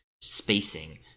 spacing